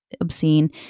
obscene